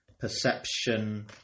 Perception